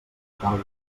talgo